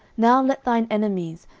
now let thine enemies,